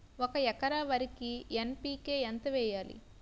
ఒక ఎకర వరికి ఎన్.పి.కే ఎంత వేయాలి?